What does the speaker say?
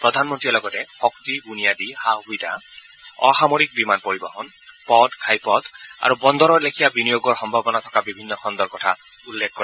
প্ৰধান মন্ত্ৰীয়ে লগতে শক্তি বুনিয়াদী সা সুবিধা অসামৰিক বিমান পৰিবহন পথ ঘাইপথ আৰু বন্দৰৰ লেখীয়া বিনিয়োগৰ সম্ভাৱনা থকা বিভিন্ন খণুৰ কথা উল্লেখ কৰে